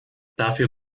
dafür